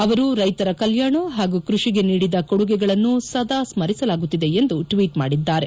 ಅವರು ರೈತರ ಕಲ್ಯಾಣ ಹಾಗೂ ಕೃಷಿಗೆ ನೀಡಿದ ಕೊಡುಗೆಗಳನ್ನು ಸದಾ ಸ್ಕರಿಸಲಾಗುತ್ತಿದೆ ಎಂದು ಅವರು ಟ್ವೀಟ್ ಮಾಡಿದ್ದಾರೆ